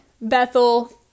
Bethel